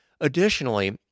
Additionally